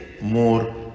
more